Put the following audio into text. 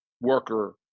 worker